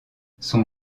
son